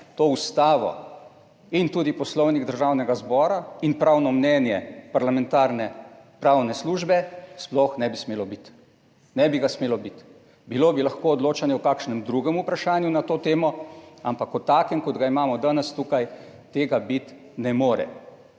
to Ustavo, in tudi Poslovnik Državnega zbora in pravno mnenje parlamentarne pravne službe, sploh ne bi smelo biti, ne bi ga smelo biti, bilo bi lahko odločanje o kakšnem drugem vprašanju na to temo, ampak o takem, kot ga imamo danes tukaj, tega biti ne more.